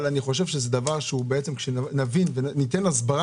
אבל אני חושב שכאשר נבין וניתן הסברה